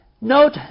Note